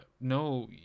no